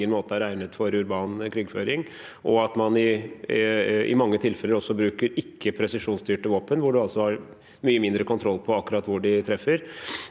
og at man i mange tilfeller også bruker ikke-presisjonsstyrte våpen, hvor man har mye mindre kontroll på akkurat hvor de treffer.